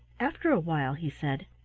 after a while he said